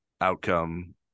outcome